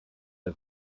der